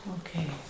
Okay